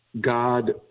God